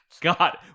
God